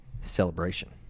celebration